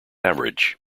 average